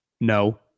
no